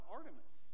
Artemis